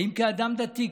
האם כאדם דתי",